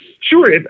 Sure